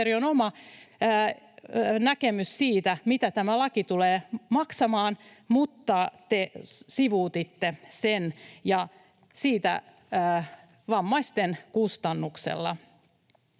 oma näkemys siitä, mitä tämä laki tulee maksamaan, mutta te sivuutitte sen vammaisten kustannuksella.